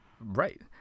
Right